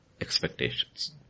expectations